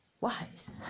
wise